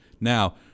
Now